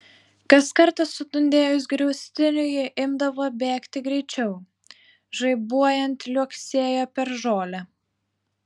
kas kartą sudundėjus griaustiniui ji imdavo bėgti greičiau žaibuojant liuoksėjo per žolę